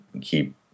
keep